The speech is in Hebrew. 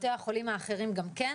בתי החולים האחרים גם כן.